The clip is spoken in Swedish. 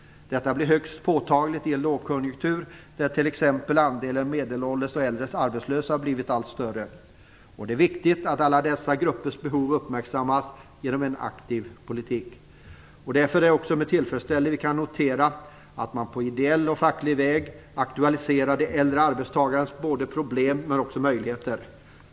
Detta blir högst påtagligt i en lågkonjunktur. Andelen medelålders och äldre arbetslösa har t.ex. blivit allt större. Det är viktigt att alla dessa gruppers behov uppmärksammas genom en aktiv politik. Därför är det också med tillfredsställelse som vi kan notera att man på ideell och facklig väg aktualiserar de äldre arbetstagarnas problem och möjligheter.